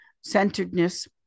centeredness